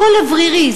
הכול אוורירי,